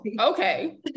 okay